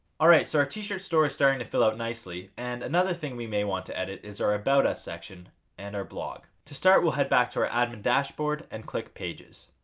alright, so our t-shirt store is starting to fill out nicely and another thing we may want to edit is our about us section and our blog. to start, we'll head back to our admin dashboard and click pages.